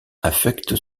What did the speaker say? affecte